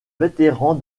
vétéran